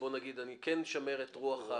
-- -בואו נגיד שאני כן אשמר את רוחה